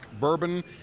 bourbon